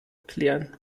erklären